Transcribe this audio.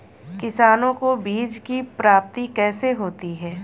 किसानों को बीज की प्राप्ति कैसे होती है?